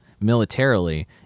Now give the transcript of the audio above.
militarily